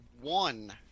one